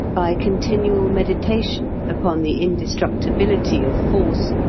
by continual meditation upon the indestructibility of force,